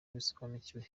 basobanukiwe